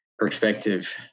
perspective